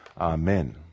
amen